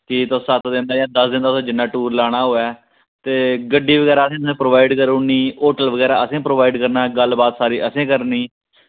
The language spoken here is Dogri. ठीक तुस सत्त दिन केह् दस्स दिन दे बाद तुसें जिन्ना टूर लाना होऐ ते गड्डी बगैरा इंया असें प्रोवाईड करी ओड़नी होटल बगैरा असें प्रोवाईड करना गल्ल बात जेह्ड़ी असें करनी